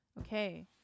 Okay